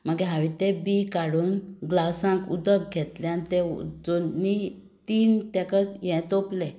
मागीर हांवें तें बीं काडून ग्लासान उदक घेतलें दोन तीन ताका हे तोंपले